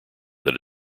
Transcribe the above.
that